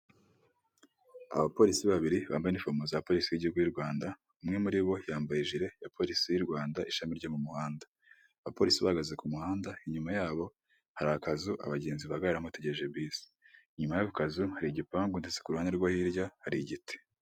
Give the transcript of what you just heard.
Abapolisi babiri bagana inifomo za polisi y'igihugu y'u Rwanda umwe muri bo yambaje ya polisi y'u Rwanda ishami ryo mu muhanda, abapolisi bahagaze ku muhanda inyuma yabo hari akazu abagenzi bahagarara bategereje bisi nyuma y'ako kazu hari igipangu ndetse ku ruhande rwa hirya hari igiti.